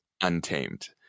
Untamed